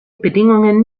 bedingungen